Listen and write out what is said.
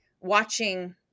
watching